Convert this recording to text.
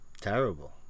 Terrible